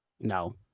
No